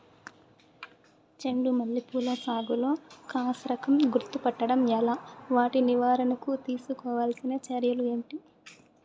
చెండు మల్లి పూల సాగులో క్రాస్ రకం గుర్తుపట్టడం ఎలా? వాటి నివారణకు తీసుకోవాల్సిన చర్యలు ఏంటి?